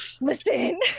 listen